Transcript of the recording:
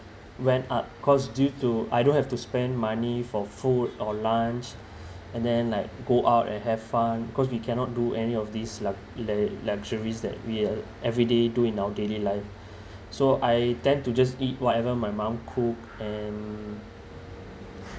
went up cause due to I don't have to spend money for food or lunch and then like go out and have fun cause we cannot do any of these lux~ lei~ luxuries that we're everyday do in our daily life so I tend to just eat whatever my mum cook and